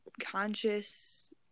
conscious